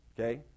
Okay